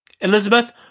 Elizabeth